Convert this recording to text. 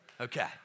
Okay